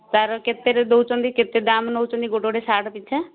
ତାର କେତେରେ ଦେଉଛନ୍ତି କେତେ ଦାମ୍ ନେଉଛନ୍ତି ଗୋଟେ ଗୋଟେ ସାର୍ଟ ପିଛା